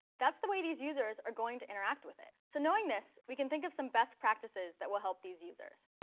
that's the way these users are going to interact with it. so knowing this, we can think of some best practices that will help these users.